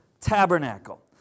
tabernacle